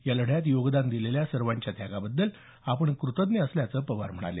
या लढ्यात योगदान दिलेल्या सर्वांच्या त्यागाबद्दल आपण कृतज्ञ असल्याचं पवार यावेळी म्हणाले